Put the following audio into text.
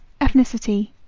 ethnicity